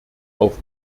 auf